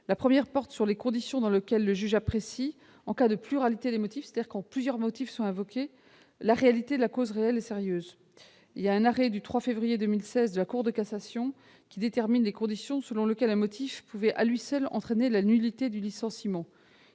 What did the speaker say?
La première porte sur les conditions dans lesquelles le juge apprécie, en cas de pluralité des motifs, c'est-à-dire lorsque plusieurs motifs sont invoqués, la réalité de la cause réelle et sérieuse. Dans un arrêt du 3 février 2016, la Cour de cassation a déterminé à quelles conditions un motif pouvait à lui seul entraîner la nullité du licenciement.